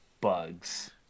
bugs